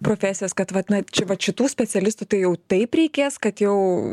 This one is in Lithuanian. profesijas kad vat na čia vat šitų specialistų tai jau taip reikės kad jau